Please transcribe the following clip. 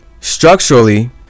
Structurally